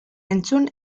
entzun